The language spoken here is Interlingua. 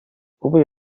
ubi